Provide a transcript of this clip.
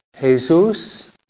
Jesus